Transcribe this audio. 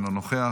אינו נוכח.